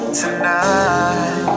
tonight